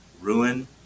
ruin